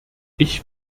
ich